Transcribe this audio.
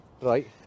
Right